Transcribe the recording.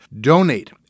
Donate